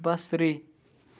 بصری